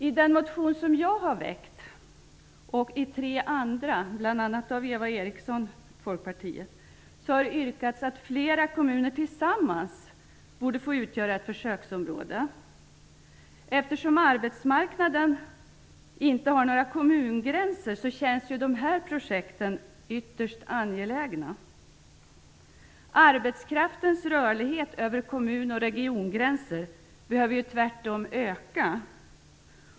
I den motion som jag har väckt och i tre andra, bl.a. av folkpartisten Eva Eriksson, har det yrkats att flera kommuner tillsammans borde få utgöra ett försöksområde. Eftersom arbetsmarknaden inte har några kommungränser, känns dessa projekt ytterst angelägna. Arbetskraftens rörlighet över kommun och regiongränser behöver tvärtom öka.